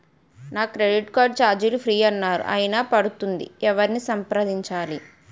నా credit card ఛార్జీలు free అన్నారు అయినా పడుతుంది ఎవరిని సంప్రదించాలి?